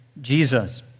Jesus